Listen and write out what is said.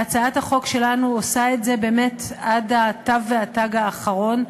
והצעת החוק שלנו עושה את זה באמת עד התו והתג האחרון.